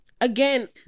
again